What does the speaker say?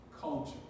culture